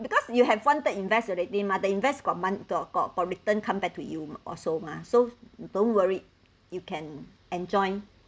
because you have one third invest ya that the invest got month got pollutant come back to you also mah so don't worry you can enjoy